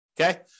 Okay